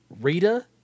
Rita